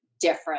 different